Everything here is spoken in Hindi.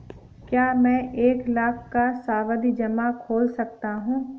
क्या मैं एक लाख का सावधि जमा खोल सकता हूँ?